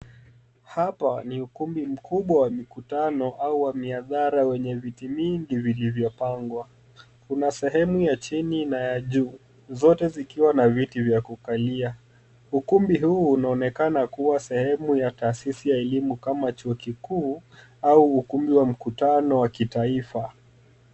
Hapa ni ukumbi mkubwa wa mikutano au wa miadhara wenye viti mingi vilivyopangwa. Kuna sehemu ya chini na ya juu zote zikiwa na viti vya kukalia. Ukumbi huu unaonekana kuwa sehemu ya taasisi ya elimu kama chuo kikuu au ukumbi wa mkutano wa kitaifa.